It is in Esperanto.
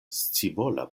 scivola